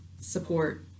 support